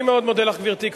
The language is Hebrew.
אני מאוד מודה לך, גברתי.